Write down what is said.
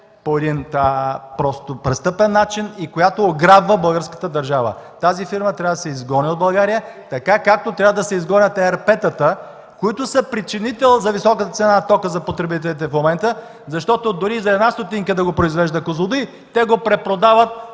по един просто престъпен начин и която ограбва българската държава. Тази фирма трябва да се изгони от България така, както трябва да се изгонят ЕРП-тата, които са причинител за високата цена на тока за потребителите в момента, защото дори „Козлодуй” да го произвежда за 1 стотинка, те го препродават